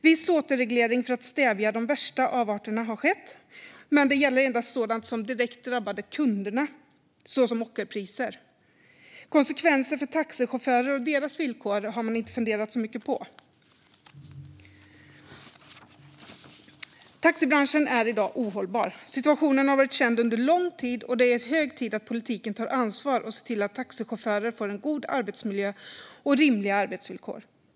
Viss återreglering för att stävja de värsta avarterna har skett, men det gäller endast sådant som direkt drabbade kunderna, såsom ockerpriser. Konsekvenser för taxichaufförer och deras villkor har man inte funderat så mycket på. Taxibranschen är i dag ohållbar. Situationen har varit känd under en lång tid, och det är hög tid att politiken tar ansvar och ser till att taxichaufförer får en god arbetsmiljö och rimliga arbetsvillkor.